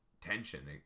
tension